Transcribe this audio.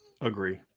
Agree